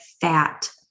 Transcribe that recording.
fat